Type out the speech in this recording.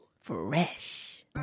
Fresh